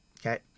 Okay